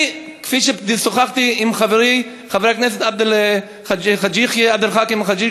אני, כפי ששוחחתי עם חברי חבר הכנסת עבד חכים חאג'